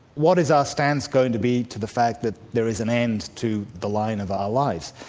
what is our stance going to be to the fact that there is an end to the line of our lives?